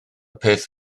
peth